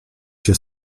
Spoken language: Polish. się